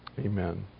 amen